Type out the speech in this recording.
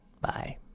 Bye